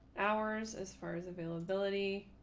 ours as far as availability,